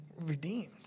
redeemed